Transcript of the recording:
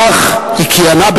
כך היא כיהנה,